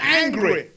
angry